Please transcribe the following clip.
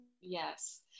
Yes